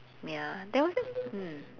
ya there was this mm